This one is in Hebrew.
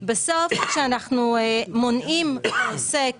כשאנחנו מונעים מעוסק